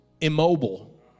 immobile